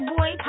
Boy